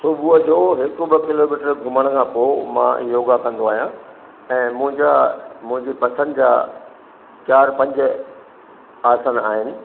सुबुह जो हिकु ॿ किलोमीटर घुमणु खां पोइ मां योगा कंदो आहियां ऐं मुंहिंजा मुंहिंजी पसंदि जा चारि पंज आसन आहिनि